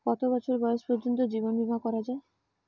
কত বছর বয়স পর্জন্ত জীবন বিমা করা য়ায়?